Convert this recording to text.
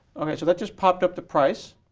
okay. so, let's just popped up the price,